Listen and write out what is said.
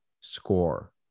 score